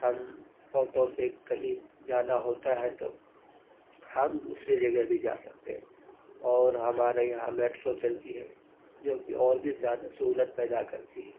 ہم آٹو سے کہیں جانا ہوتا ہے تو ہم دوسری جگہ بھی جا سکتے ہیں اور ہمارے یہاں میٹرو چلتی ہے جو کہ اور بھی زیادہ سہولت پیدا کرتی ہے